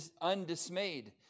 undismayed